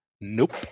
Nope